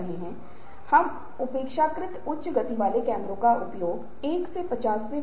और अगर कोई संघर्ष होता है तो बातचीत करे और संघर्ष को सुलझाये और समझौता करे और सहयोग चाहे